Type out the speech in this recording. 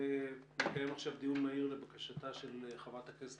מתקיים עכשיו דיון מהיר לבקשתה של חברת הכנסת